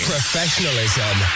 Professionalism